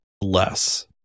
less